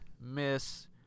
miss